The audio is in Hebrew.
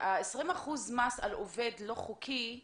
ה-20% מס על עובד לא חוקי,